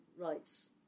rights